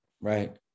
Right